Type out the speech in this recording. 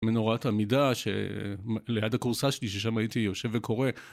מנורת עמידה שליד הקורסה שלי ששם הייתי יושב וקורא